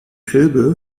elbe